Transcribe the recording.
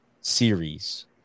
series